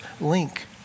link